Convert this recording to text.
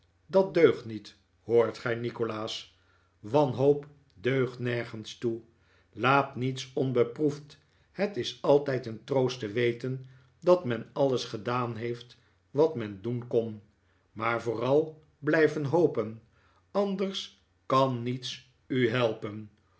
dat deugt niet hoort gij nikolaas wanhoop deugt nergens toe laat niets onbeproefd het is altijd een troost te weten dat men alles gedaan heeft wat men doen kon maar vooral blijf hopen anders kan niets u helpen